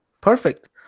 Perfect